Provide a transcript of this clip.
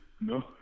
No